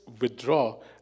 withdraw